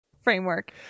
framework